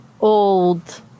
old